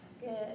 good